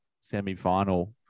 semi-final